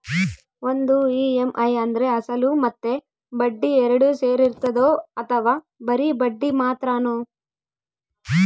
ಒಂದು ಇ.ಎಮ್.ಐ ಅಂದ್ರೆ ಅಸಲು ಮತ್ತೆ ಬಡ್ಡಿ ಎರಡು ಸೇರಿರ್ತದೋ ಅಥವಾ ಬರಿ ಬಡ್ಡಿ ಮಾತ್ರನೋ?